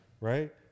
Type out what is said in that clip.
Right